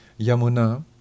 Yamuna